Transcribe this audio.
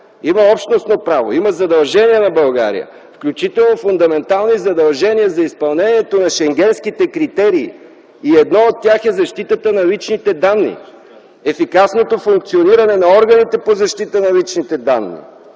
има общностно право, има задължения на България, включително фундаментални задължения за изпълнението на Шенгенските критерии! Едно от тях е защитата на личните данни, ефикасното функциониране на органите по защита на личните данни,